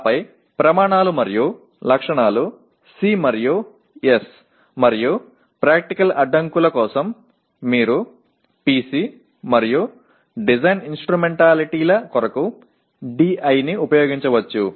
ఆపై ప్రమాణాలు మరియు లక్షణాలు C మరియు S మరియు ప్రాక్టికల్ అడ్డంకుల కోసం మీరు PC మరియు డిజైన్ ఇన్స్ట్రుమెంటాలిటీల కొరకు DI ని ఉపయోగించవచ్చు